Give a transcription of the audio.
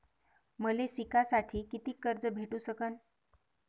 मले शिकासाठी कितीक कर्ज भेटू सकन?